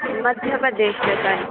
ਮੱਧਿਆ ਪ੍ਰਦੇਸ਼ 'ਚ